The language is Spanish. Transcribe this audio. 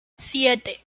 siete